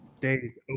Days